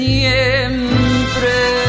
Siempre